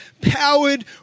powered